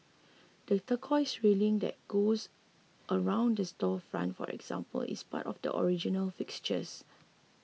the turquoise railing that goes around the storefront for example is part of the original fixtures